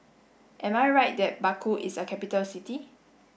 am I right that Baku is a capital city